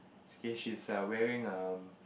okay she's err wearing a